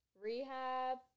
Rehab